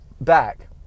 back